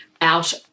out